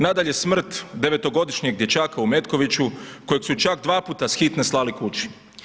Nadalje, smrt 9-godišnjeg dječaka u Metkoviću kojeg su čak dva puta s hitne slali kući.